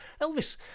Elvis